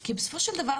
כי בסופו של דבר,